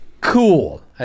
cool